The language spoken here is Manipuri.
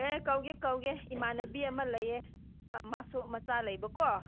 ꯑꯦ ꯀꯧꯒꯦ ꯀꯧꯒꯦ ꯏꯃꯥꯟꯅꯕꯤ ꯑꯃ ꯂꯩꯌꯦ ꯃꯥꯁꯨ ꯃꯆꯥ ꯂꯩꯕꯀꯣ